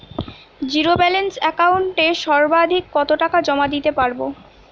Zero balance একাউন্টে সর্বাধিক কত টাকা জমা দিতে পারব?